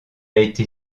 été